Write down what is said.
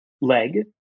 leg